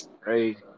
crazy